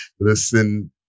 Listen